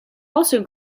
also